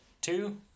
two